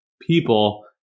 people